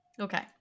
Okay